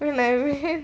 look like